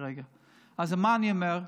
אז מה אני אומר?